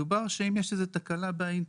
מדובר על תקלה באינטרקום.